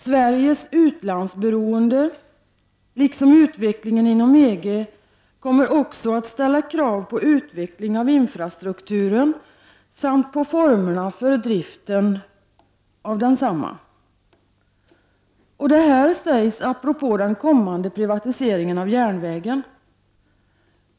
”Sveriges utlandsberoende liksom utvecklingen inom EG kommer också att ställa krav på utvecklingen av infrastrukturen samt på formerna för driften av densamma.” Detta sägs apropå den kommande privatiseringen av järnvägen.